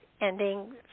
ending